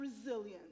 resilience